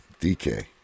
DK